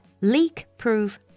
leak-proof